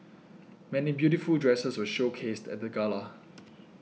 many beautiful dresses were showcased at the gala